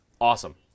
awesome